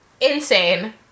Insane